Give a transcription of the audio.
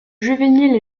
juvénile